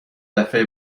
دفعه